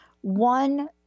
One